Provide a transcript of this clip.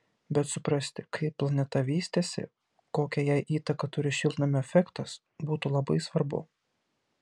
bet suprasti kaip planeta vystėsi kokią jai įtaką turi šiltnamio efektas būtų labai svarbu